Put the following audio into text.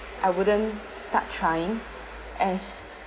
I wouldn't start trying as